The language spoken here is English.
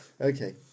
Okay